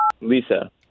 Lisa